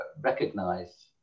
recognize